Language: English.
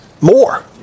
more